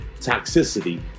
toxicity